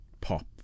pop